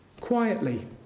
Quietly